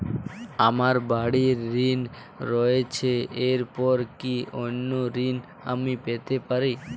আমার বাড়ীর ঋণ রয়েছে এরপর কি অন্য ঋণ আমি পেতে পারি?